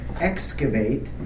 excavate